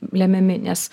lemiami nes